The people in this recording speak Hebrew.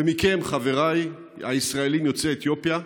ומכם, חבריי הישראלים יוצאי אתיופיה,